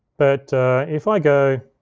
but if i go